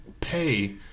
pay